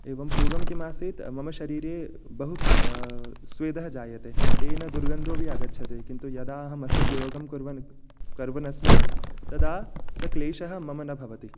एवं पूर्वं किमासीत् मम शरीरे बहु स्वेदः जायते तेन दुर्गन्धोऽपि आगच्छति किन्तु यदा अहं अस्य प्रयोगं कुर्वन् कुर्वन्नस्मि तदा स क्लेशः मम न भवति